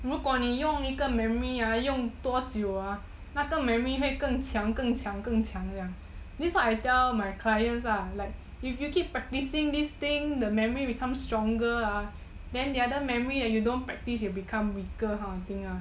如果你用一个 memory ah 用多久啊那个 memory 会更强更强更强这样 this one I tell my clients ah if you keep practicing this thing the memory become stronger ah then the other memory you don't practice will become weaker